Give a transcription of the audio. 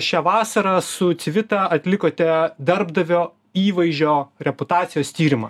šią vasarą su civita atlikote darbdavio įvaizdžio reputacijos tyrimą